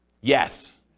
Yes